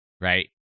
Right